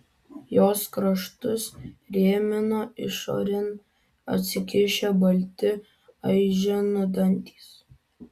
jos kraštus rėmino išorėn atsikišę balti aiženų dantys